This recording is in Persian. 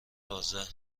آذر